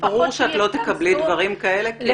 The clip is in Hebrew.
ברור שאת לא תקבלי דברים כאלה כעושה צרות.